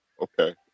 Okay